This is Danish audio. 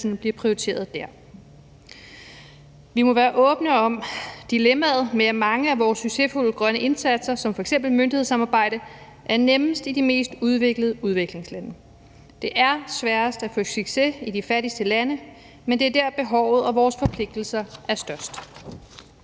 bliver prioriteret der. Vi må være åbne om dilemmaet med, at mange af vores succesfulde grønne indsatser som f.eks. myndighedssamarbejde er nemmest i de mest udviklede udviklingslande. Det er sværest at få succes i de fattigste lande, men det er der, behovet og vores forpligtelser er størst.